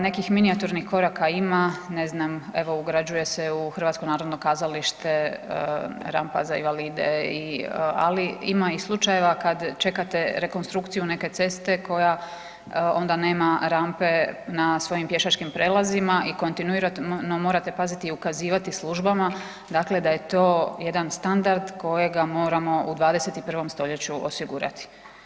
Nekih minijaturnih koraka ima, ne znam evo ugrađuje se u HNK rampa za invalide, ali ima i slučajeva kad čekate rekonstrukciju neke ceste koja onda nema rampe na svojim pješačkim prijelazima i kontinuirano morate paziti i ukazivati službama dakle da je to jedan standard kojega moramo u 21. stoljeću osigurati.